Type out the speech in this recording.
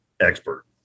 expert